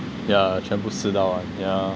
ya 全部死到完 yeah